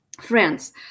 friends